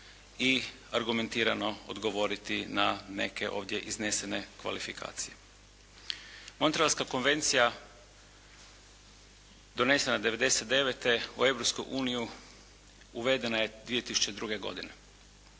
i argumentirano odgovoriti na neke ovdje iznesene kvalifikacije. Montrealska konvencija donesena 99. u Europsku uniju uvedena je 2002. godine.